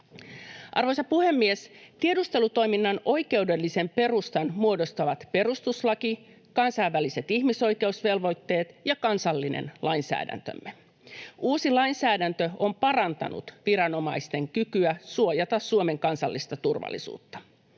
Arvoisa puhemies! Tiedustelutoiminnan oikeudellisen perustan muodostavat perustuslaki, kansainväliset ihmisoikeusvelvoitteet ja kansallinen lainsäädäntömme. Uusi lainsäädäntö on parantanut viranomaisten kykyä suojata Suomen kansallista turvallisuutta.